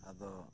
ᱟᱫᱚ